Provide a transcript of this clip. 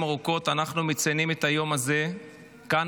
ארוכות אנחנו מציינים את היום הזה כאן,